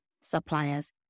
suppliers